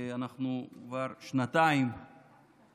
שאנחנו כבר שנתיים עסוקים בה,